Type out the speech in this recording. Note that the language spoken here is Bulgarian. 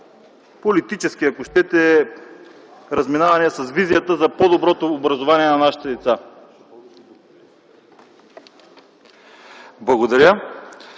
политически ако щете, разминаване с визията за по-доброто образование на нашите деца.